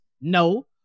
No